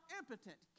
impotent